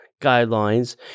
guidelines